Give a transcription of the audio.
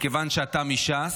מכיוון שאתה מש"ס,